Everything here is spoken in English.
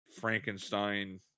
Frankenstein